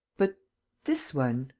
but this one.